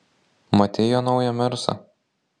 matei jo naują mersą